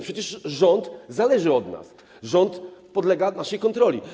Przecież rząd zależy od nas, rząd podlega naszej kontroli.